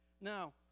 Now